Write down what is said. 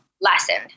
lessened